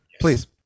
Please